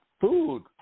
food